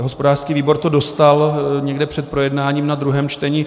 Hospodářský výbor to dostal někde před projednáním na druhém čtení.